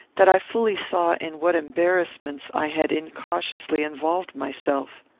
that i fully saw in what embarrassments i had incautiously involved myself.